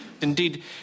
Indeed